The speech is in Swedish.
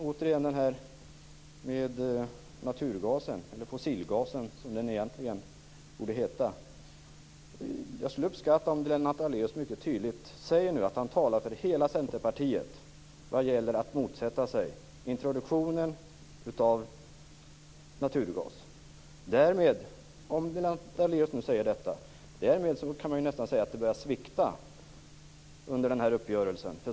Återigen till frågan om naturgasen, eller fossilgasen, som den egentligen borde heta. Jag skulle uppskatta om Lennart Daléus nu mycket tydligt säger att han talar för hela Centerpartiet vad gäller att motsätta sig introduktionen av naturgas. Om Lennart Daléus nu säger detta kan man nästan säga att det börjar svikta under uppgörelsen.